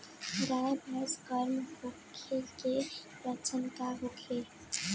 गाय भैंस गर्म होय के लक्षण का होखे?